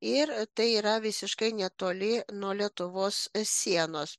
ir tai yra visiškai netoli nuo lietuvos sienos